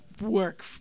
work